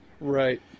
right